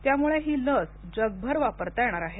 त्यामुळे ही लस जगभर वापरता येणार आहे